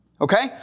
Okay